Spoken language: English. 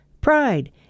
pride